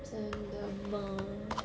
真的吗